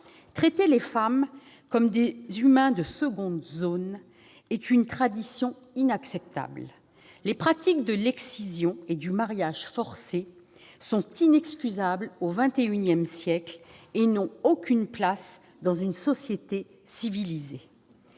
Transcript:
Traiter les femmes comme des humains de seconde zone est une tradition inacceptable. Les pratiques de l'excision et du mariage forcé sont inexcusables au XXI siècle et n'ont aucune place dans une société civilisée.